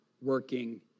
working